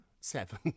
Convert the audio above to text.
Seven